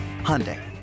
Hyundai